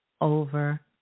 over